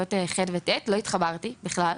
בכיתות ח׳ ו-ט׳ ולא התחברתי לזה בכלל.